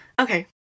Okay